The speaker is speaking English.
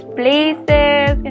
places